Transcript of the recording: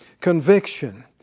conviction